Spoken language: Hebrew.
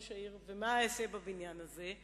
היושב-ראש, אנחנו גאים בזה שהיית אתנו כל הלילה.